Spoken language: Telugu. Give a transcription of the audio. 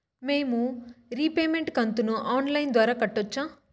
మేము రీపేమెంట్ కంతును ఆన్ లైను ద్వారా కట్టొచ్చా